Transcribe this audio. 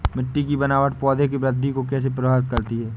मिट्टी की बनावट पौधों की वृद्धि को कैसे प्रभावित करती है?